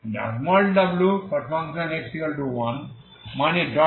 সুতরাং wx1 মানে dot product